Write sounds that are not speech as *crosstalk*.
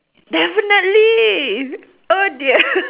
definitely oh dear *laughs*